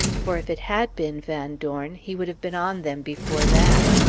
for if it had been van dorn, he would have been on them before that.